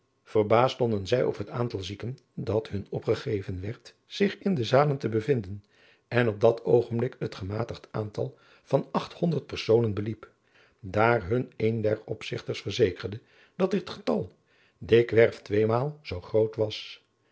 verbaasd stonden zij over het aantal zieken dat hun opgegeven werd zich in de zalen te bevinden en op dat oogenblik het gematigd aantal van acht honderd personen beliep daar hun een der opzigters verzekerde dat dit getal dikwerf tweemaal zoo groot was